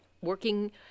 working